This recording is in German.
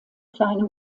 kleine